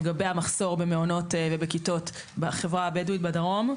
לגבי מחסור בכיתות בחברה הבדואית בדרום,